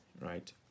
right